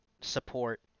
support